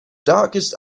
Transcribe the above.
darkest